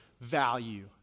value